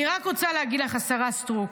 אני רק רוצה להגיד לך השרה סטרוק,